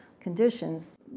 conditions